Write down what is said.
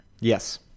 Yes